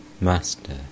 Master